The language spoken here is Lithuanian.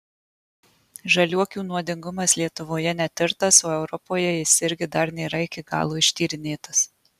žaliuokių nuodingumas lietuvoje netirtas o europoje jis irgi dar nėra iki galo ištyrinėtas